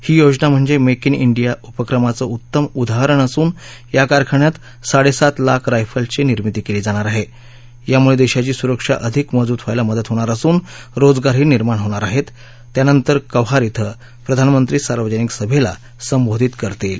ही योजना म्हणजमुक्त उ ांडिया उपक्रमाचं उत्तम उदाहरण असून या कारखान्यात साडस्तित लाख रायफलची निर्मिती क्वीी जाणार आह विमुळ ि दश्वीची सुरक्षा अधिक मजबूत व्हायला मदत होणार असून रोजगारही निर्माण होणार आहव्त त्यानंतर कौहार श्व प्रधानमंत्री सार्वजनिक सभखी संबोधित करतील